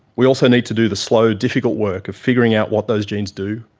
we also need to do the slow, difficult work of figuring out what those genes do,